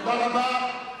תודה רבה.